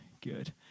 Good